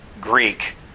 Greek